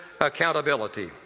accountability